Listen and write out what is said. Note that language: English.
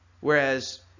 Whereas